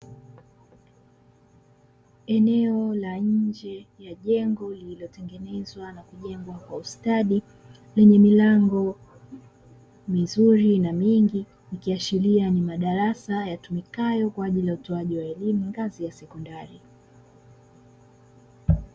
Eneo la nje ya jengo lililotengenezwa na kujengwa kwa ustadi, lenye milango mizuri na mengi ikiashiria ni madarasa yatumikayo kwa ajili ya utoaji wa elimu ngazi ya sekondari.